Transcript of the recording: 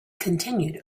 continued